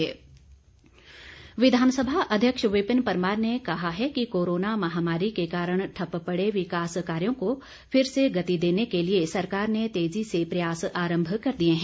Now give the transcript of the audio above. विपिन परमार विधानसभा अध्यक्ष विपिन परमार ने कहा है कि कोरोना महामारी के कारण ठप्प पड़े विकास कार्यो को फिर से गति देने के लिए सरकार ने तेजी से प्रयास आरम्भ कर दिए हैं